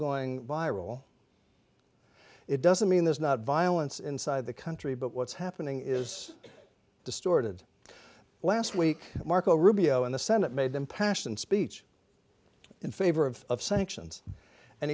going by role it doesn't mean there's not violence inside the country but what's happening is distorted last week marco rubio in the senate made impassioned speech in favor of sanctions and